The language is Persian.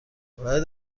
باید